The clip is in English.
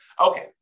Okay